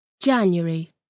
January